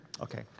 Okay